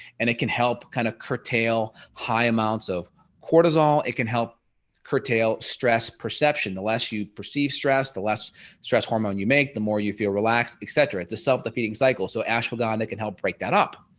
and it can help kind of curtail high amounts of cortisol. it can help curtail stress perception the less you perceive stress, the less stress hormone you make the more you feel relaxed etc. it's a self-defeating cycle. so ashwagandha can help break that up.